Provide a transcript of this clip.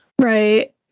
Right